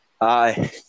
Hi